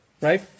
right